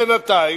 בינתיים,